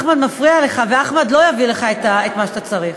אחמד מפריע לך, ואחמד לא יביא לך את מה שאתה צריך.